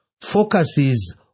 focuses